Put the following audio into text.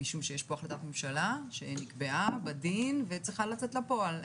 משום שיש פה החלטת ממשלה שנקבעה בדין וצריכה לצאת לפועל.